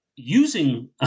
Using